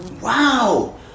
Wow